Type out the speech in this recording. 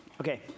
Okay